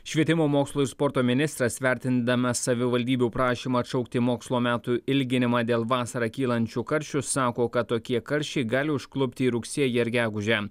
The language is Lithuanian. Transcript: švietimo mokslo ir sporto ministras vertindamas savivaldybių prašymą atšaukti mokslo metų ilginimą dėl vasarą kylančių karščių sako kad tokie karščiai gali užklupti ir rugsėjį ar gegužę